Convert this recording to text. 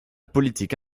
politique